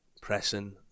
pressing